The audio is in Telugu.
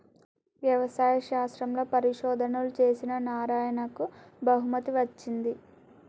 వ్యవసాయ శాస్త్రంలో పరిశోధనలు చేసిన నారాయణకు బహుమతి వచ్చింది